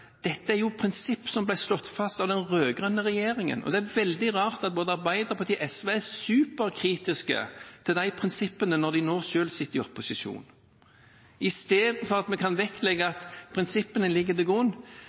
dette er prinsipp som ble slått fast av den rød-grønne regjeringen. Og det er veldig rart at både Arbeiderpartiet og SV er superkritiske til de prinsippene når de nå selv sitter i opposisjon, istedenfor at vi kan vektlegge at prinsippene ligger til grunn,